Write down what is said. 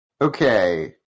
Okay